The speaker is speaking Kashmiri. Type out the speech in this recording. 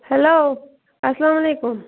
ہیٚلو اسلامُ علیکُم